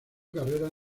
carrera